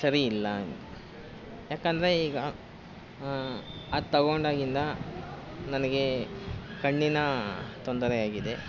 ಸರಿಯಿಲ್ಲ ಎಂದು ಯಾಕಂದರೆ ಈಗ ಅದು ತಗೊಂಡಾಗಿಂದ ನನಗೆ ಕಣ್ಣಿನ ತೊಂದರೆಯಾಗಿದೆ